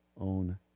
own